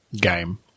game